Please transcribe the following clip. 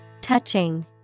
Touching